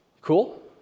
Cool